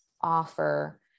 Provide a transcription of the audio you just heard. offer